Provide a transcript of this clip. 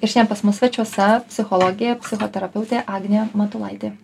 ir šiandien pas mus svečiuose psichologė psichoterapeutė agnė matulaitė